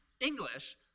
English